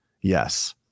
Yes